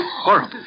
Horrible